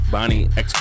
Bonnie